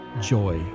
joy